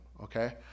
okay